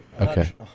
okay